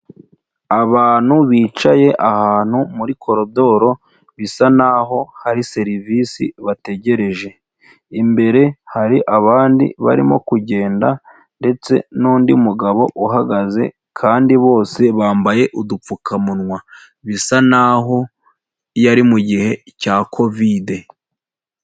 Abantu bicaye ahantu muri koridoro bisa naho hari serivisi bategereje, imbere hari abandi barimo kugenda ndetse n'undi mugabo uhagaze kandi bose bambaye udupfukamunwa, bisa naho yari mugihe cya kovide.